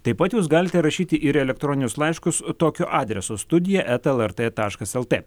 taip pat jūs galite rašyti ir elektroninius laiškus tokiu adresu studija eta lrt taškas lt